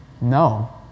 No